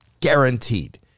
guaranteed